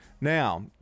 Now